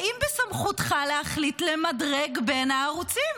האם בסמכותך להחליט למדרג בין הערוצים?